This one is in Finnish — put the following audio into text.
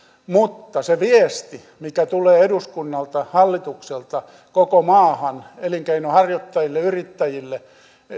mutta sillä viestillä mikä tulee eduskunnalta hallitukselta koko maahan elinkeinonharjoittajille yrittäjille